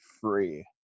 free